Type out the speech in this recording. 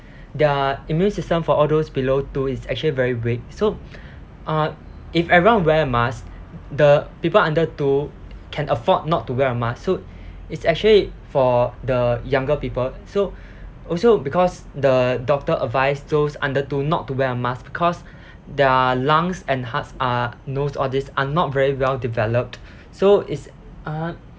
their immune system for all those below two is actually very weak so uh if everyone wear mask the people under two can afford not to wear a mask so it's actually for the younger people so also because the doctor advice those under two not to wear a mask because their lungs and hearts uh nose all these are not very well developed so it's uh